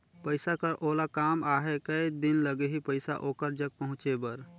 पइसा कर ओला काम आहे कये दिन लगही पइसा ओकर जग पहुंचे बर?